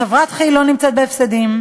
חברת כי"ל לא נמצאת בהפסדים.